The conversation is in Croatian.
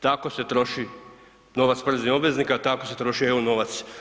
Tako se troši novac poreznih obveznika, tako se troši evo novac.